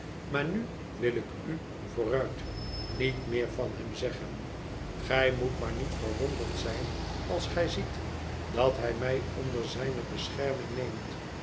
maar nu wil ik u vooruit niet meer van hem zeggen gij moet maar niet verwonderd zijn als gij ziet dat hij mij onder zijne bescherming neemt